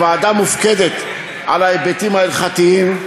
הוועדה מופקדת על ההיבטים ההלכתיים,